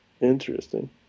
Interesting